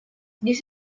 this